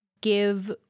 give